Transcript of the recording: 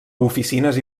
oficines